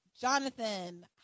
Jonathan